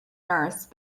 nurse